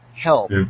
help